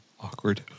Awkward